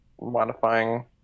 modifying